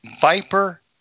viper